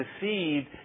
deceived